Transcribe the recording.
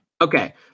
Okay